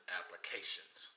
applications